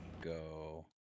go